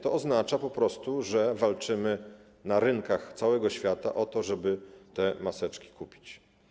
To oznacza po prostu, że walczymy na rynkach całego świata o to, żeby te maseczki kupić.